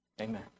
amen